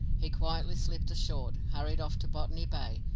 he quietly slipped ashore, hurried off to botany bay,